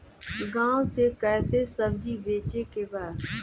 गांव से कैसे सब्जी बेचे के बा?